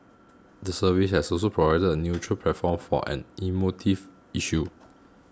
the service has also provided a neutral platform for an emotive issue